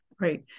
Right